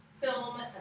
film